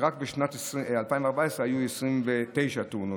ורק בשנת 2014 היו 29 תאונות,